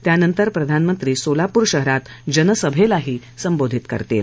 त्यानंतर प्रधानमंत्री सोलापूर शहरात जनसभेलाही संबोधित करणार आहेत